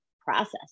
process